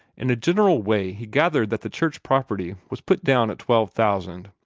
in a general way he gathered that the church property was put down at twelve thousand